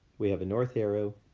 we have a north arrow.